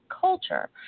culture